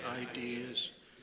ideas